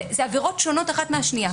זה עברות שונות אחת מהשנייה.